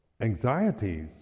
anxieties